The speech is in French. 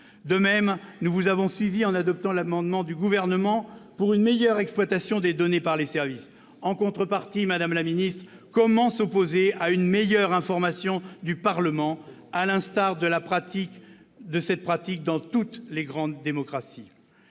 De même, nous vous avons suivie en adoptant l'amendement du Gouvernement pour une meilleure exploitation des données par les services. En contrepartie, madame la ministre, comment s'opposer à une meilleure information du Parlement, à l'instar de la pratique constatée dans toutes les grandes démocraties ?